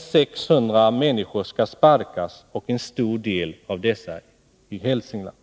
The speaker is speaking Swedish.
600 människor skall sparkas, och en stor del av dessa i Hälsingland.